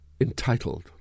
entitled